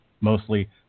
Mostly